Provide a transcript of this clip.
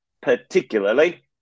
particularly